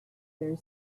their